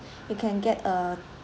you can get uh